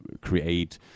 create